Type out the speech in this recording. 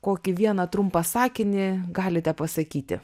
kokį vieną trumpą sakinį galite pasakyti